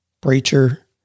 preacher